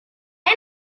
ens